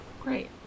Great